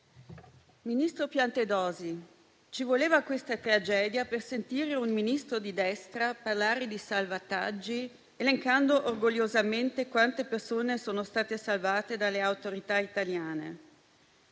ministro Piantedosi, ci voleva questa tragedia per sentire un Ministro di destra parlare di salvataggi, elencando orgogliosamente quante persone sono state salvate dalle autorità italiane.